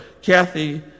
Kathy